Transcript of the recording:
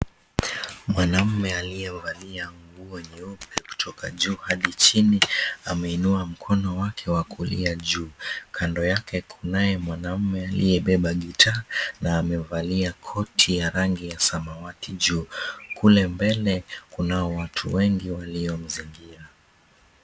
Mwanaume aliyevalia nguo nyeupe kutoka juu hadi chini ameinua mkono wake wa kulia juu. Kando yake kunaye mwanaume aliyebeba gitaa na amevalia koti ya rangi ya samawati juu. Kule mbele kunao watu wengi waliomzingira.